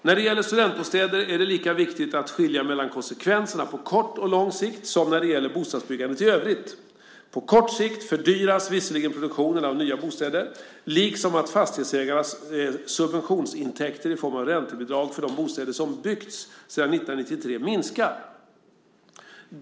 När det gäller studentbostäder är det lika viktigt att skilja mellan konsekvenserna på kort och lång sikt som när det gäller bostadsbyggandet i övrigt. På kort sikt fördyras visserligen produktionen av nya bostäder, liksom att fastighetsägarnas subventionsintäkter i form av räntebidrag för de bostäder som byggts sedan 1993 minskar.